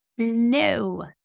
No